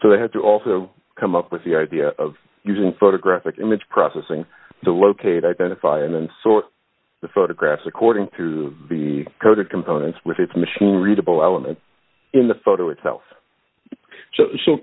so they had to also come up with the idea of using photographic image processing to locate identify and sort the photographs according to be coded components with its machine readable element in the photo itself so